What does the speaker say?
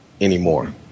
Anymore